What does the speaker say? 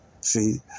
see